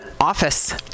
office